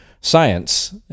science